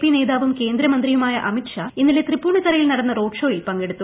P നേതാവും കേന്ദ്രമന്ത്രിയുമായ അമിത്ഷ്ട്രൂ ഇന്നലെ തൃപ്പൂണിത്തുറയിൽ നടന്ന റോഡ് ഷ്യായിൽ പങ്കെടുത്തു